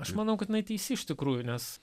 aš manau kad jinai teisi iš tikrųjų nes